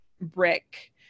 brick